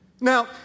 Now